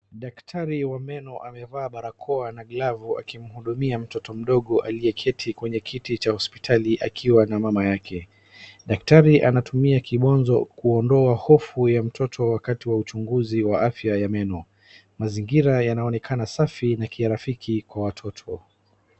Daktari wa meno amevaa barakoa na glavu akimhudumia mtoto mdogo aliyeketi kwenye kiti cha hospitali akiwa na mama yake. Daktari anatumia kibonzo kuondoa hofu ya mtoto wakati wa uchunguzi wa afya ya meno. Mazingira yanaonekana safi na kirafiki kwa watoto.